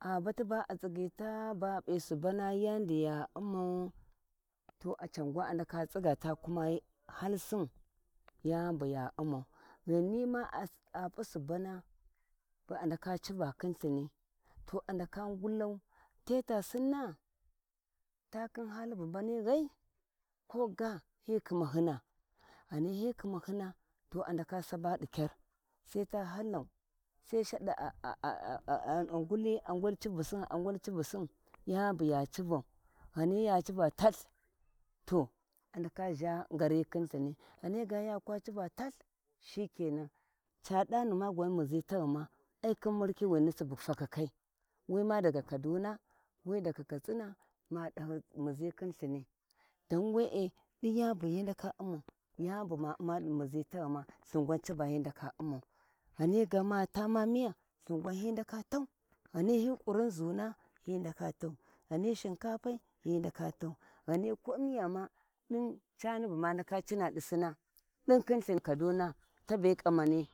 a bati ba'a tsigyi ba a pi subuna yaudi ya ummau to congwan a ndaka tsigga ta kuma halsin, yani bu ya umau ghanima a p`u subana yaudin a ndaka cuva khin lhini to a ndaka agulau te ta sinna takin hali bu mbawi ghai, koga hi khimahina ghani hi khi mahina to a ndaka suba di kyar sai tahalau sai shadi angulli a ngul civusiu yavi buya civau ghani ya civa talh, to ndaka zha ngari khin lthini ghani ga yakwa civa talh shikenan, ca danni ma gwan wuzi taghu ai khin mirkhiwina subu takakai wima daga kaduna, wi daga katsina ma, dahi ma dahi muzi khin lthini dan we din yani buhi ndaka umau ma uma di muzi taghuma lthingwa caba hi ndaka umau ghani ga ma taa miya lthin gwa hi ndaka tau ghani hi kurin zuna hi ndaka tau ghani hi shikapai hi ndaka tau ghini cani bu ana di dama sinna diu khin kaduna tabe kammani.